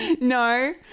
no